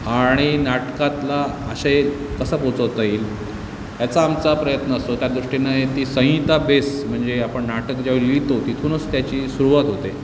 आणि नाटकातला आशय कसा पोहोचवता येईल ह्याचा आमचा प्रयत्न असतो त्यादृष्टीने ती संहिता बेस म्हणजे आपण नाटक ज्यावेळी लिहितो तिथूनच त्याची सुरवात होते